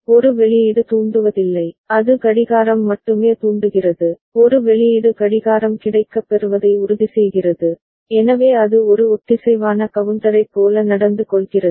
ஒரு வெளியீடு தூண்டுவதில்லை அது கடிகாரம் மட்டுமே தூண்டுகிறது ஒரு வெளியீடு கடிகாரம் கிடைக்கப்பெறுவதை உறுதிசெய்கிறது எனவே அது ஒரு ஒத்திசைவான கவுண்டரைப் போல நடந்து கொள்கிறது